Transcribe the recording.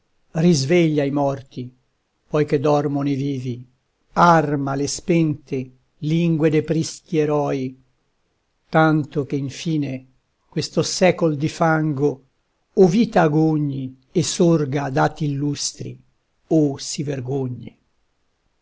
risveglia i morti poi che dormono i vivi arma le spente lingue de prischi eroi tanto che in fine questo secol di fango o vita agogni e sorga ad atti illustri o si vergogni